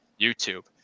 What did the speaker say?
YouTube